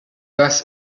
das